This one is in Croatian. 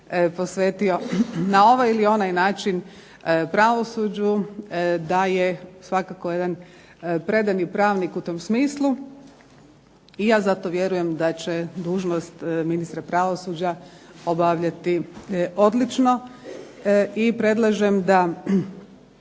posvetio na ovaj ili onaj način pravosuđu, da je svakako jedan predani pravnik u tom smislu. I ja zato vjerujem da će dužnost ministra pravosuđa obavljati odlično. I predlažem da